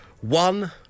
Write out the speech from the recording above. One